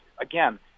again